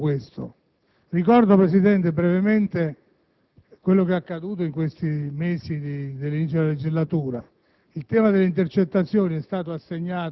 entrare nel merito delle problematiche sollevate dal collega Manzione se non per quanto riguarda i lavori